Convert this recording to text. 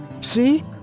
See